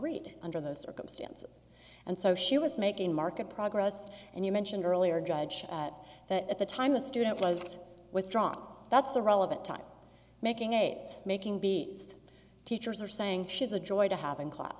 read under those circumstances and so she was making market progress and you mentioned earlier judge that at the time a student was withdrawn that's the relevant time making a it's making be teachers are saying she's a joy to happen class